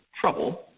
trouble